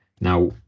Now